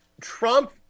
Trump